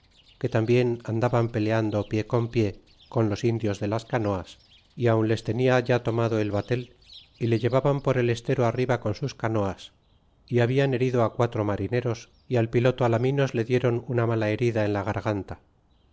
que tambien andaban peleando pie con pie con los indios de las canoas y aun les tenia ya tomado el batel y le llevaban por el estero arriba con sus canoas y habian herido cuatro marineros y al piloto maminos le dieron una mala herida en la garganta